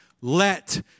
let